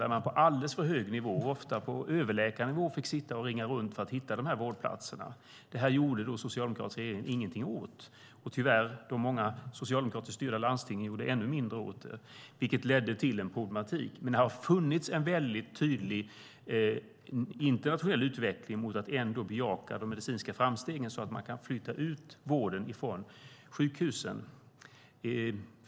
Där fick man på alldeles för hög nivå, ofta på överläkarnivå, sitta och ringa runt för att hitta vårdplatserna. Det gjorde den socialdemokratiska regeringen ingenting åt. Tyvärr gjorde många socialdemokratiskt styrda landsting ännu mindre åt det, vilket ledde till en problematik. Det har funnit en väldigt tydlig internationell utveckling mot att ändå bejaka de medicinska framstegen så att man kan flytta ut vården från sjukhusen.